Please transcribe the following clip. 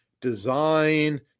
design